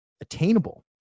attainable